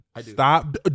Stop